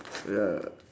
ya